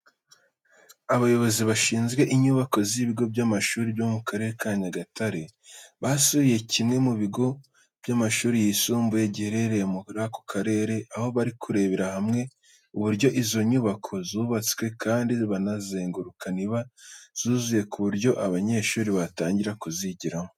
Abayobozi bashinzwe inyubako z'ibigo by'amashuri byo mu Karere ka Nyagatare basuye kimwe mu bigo by'amashuri yisumbuye giherereye muri ako karere, aho bari kurebera hamwe uburyo izo nyubako zubatswe kandi banagenzura niba zuzuye ku buryo abanyeshuri batangira kuzigiramo.